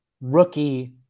rookie